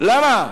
למה?